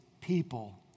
people